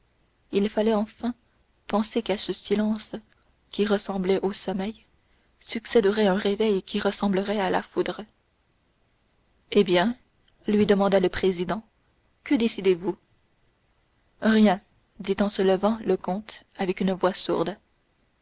il fallait enfin penser qu'à ce silence qui ressemblait au sommeil succéderait un réveil qui ressemblerait à la foudre eh bien lui demanda le président que décidez-vous rien dit en se levant le comte avec une voix sourde